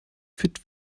fit